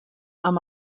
amb